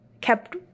kept